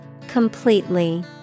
Completely